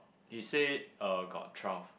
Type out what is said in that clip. he say uh got twelve